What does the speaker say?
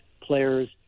players